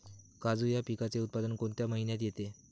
काजू या पिकाचे उत्पादन कोणत्या महिन्यात येते?